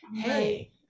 hey